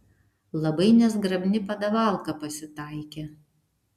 labai nezgrabni padavalka pasitaikė